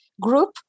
group